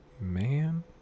Man